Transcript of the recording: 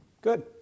Good